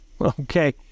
Okay